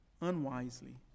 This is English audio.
unwisely